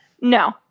No